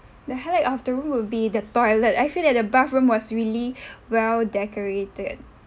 the highlight of the room will be the toilet I feel that the bathroom was really well decorated